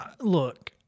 Look